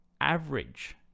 average